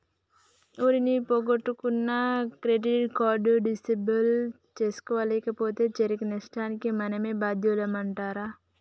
ఓరి నీ పొగొట్టుకున్న క్రెడిట్ కార్డు డిసేబుల్ సేయించలేపోతే జరిగే నష్టానికి మనమే బాద్యులమంటరా